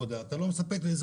אתה לא מספק לי מקומות עבודה,